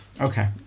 Okay